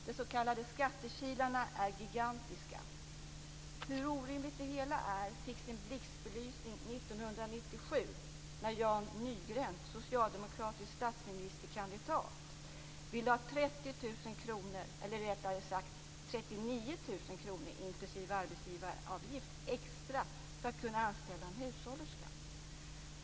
De s.k. skattekilarna är gigantiska. Hur orimligt det hela är fick sin blixtbelysning 1997, när Jan Nygren, socialdemokratisk statsministerkandidat, ville ha 39 000 kr inklusive arbetsgivaravgift extra för att kunna anställa en hushållerska.